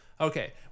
Okay